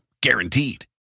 Guaranteed